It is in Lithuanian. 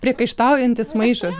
priekaištaujantis maišas